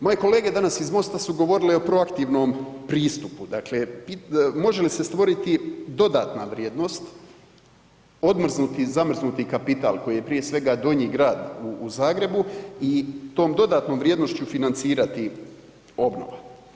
Moje kolege danas iz Mosta su govorile o proaktivnom pristupu, dakle, može li se stvoriti dodatna vrijednost, odmrznuti zamrznuti kapital, koji je prije svega, Donji Grad u Zagrebu i tom dodanom vrijednošću financirati obnova.